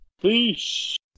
Peace